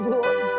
Lord